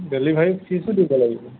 delivery ফিজো দিব লাগিব